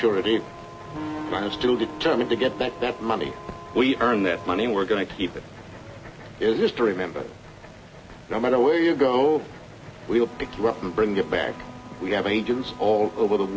surety i'm still determined to get that that money we earn that money we're going to keep it is to remember no matter where you go we'll pick you up and bring you back we have agents all over the